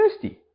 thirsty